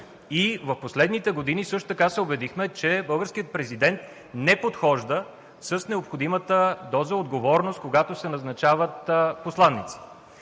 В последните години също така се убедихме, че българският президент не подхожда с необходимата доза отговорност, когато се назначават посланици.